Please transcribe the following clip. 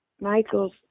Michael's